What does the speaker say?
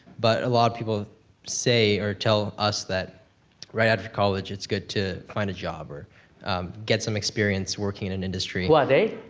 but a lot of people say or tell us, that right after college it's good to find a job or get some experience working in an industry. who are they,